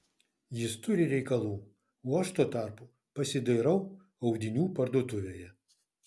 jis turi reikalų o aš tuo tarpu pasidairau audinių parduotuvėje